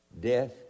Death